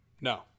No